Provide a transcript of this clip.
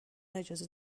اجازه